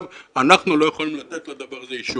אנחנו לא יכולים לתת לדבר הזה אישור.